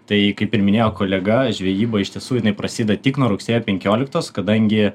tai kaip ir minėjo kolega žvejyba iš tiesų prasideda tik nuo rugsėjo penkioliktos kadangi